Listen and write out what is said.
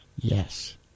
Yes